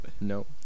No